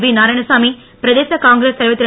we Narayanasamy பிரதேச காங்கிரஸ் தலைவர் திரு